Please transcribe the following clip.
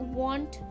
want